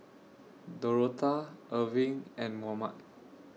Dorotha Erving and Mohammed